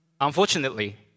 Unfortunately